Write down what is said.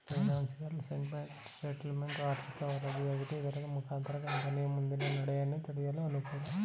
financial statement ವಾರ್ಷಿಕ ವರದಿಯಾಗಿದ್ದು ಇದರ ಮುಖಾಂತರ ಕಂಪನಿಯ ಮುಂದಿನ ನಡೆಯನ್ನು ತಿಳಿಯಲು ಅನುಕೂಲ